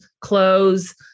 clothes